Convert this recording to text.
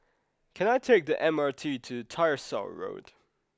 can I take the M R T to Tyersall Road